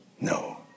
no